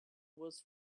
was